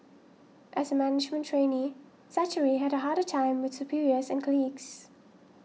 as a management trainee Zachary had a harder time with superiors and colleagues